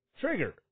trigger